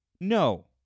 No